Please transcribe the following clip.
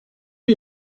les